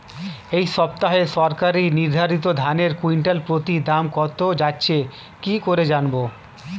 এই সপ্তাহে সরকার নির্ধারিত ধানের কুইন্টাল প্রতি দাম কত যাচ্ছে কি করে জানবো?